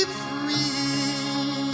free